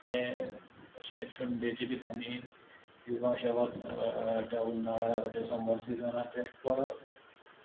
तें अशें थंडेचे दिसांनी किंवां अशें नोव्हेंबर डिसेंबर सिजनांत तें परत